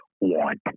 want